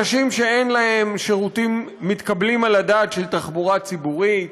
אנשים שאין להם שירותים מתקבלים על הדעת של תחבורה ציבורית,